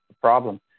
problem